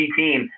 team